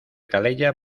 calella